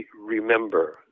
remember